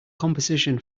composition